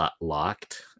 locked